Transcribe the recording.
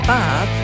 Bob